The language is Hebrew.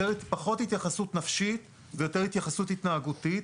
פחות התייחסות נפשית ויותר התייחסות התנהגותית.